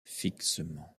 fixement